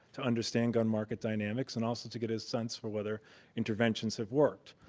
to understand gun market dynamics and also to get a sense for whether interventions have worked.